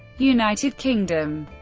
united kingdom